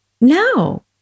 No